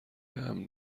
امن